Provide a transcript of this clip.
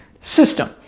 system